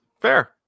fair